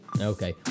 Okay